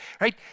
right